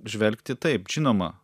žvelgti taip žinoma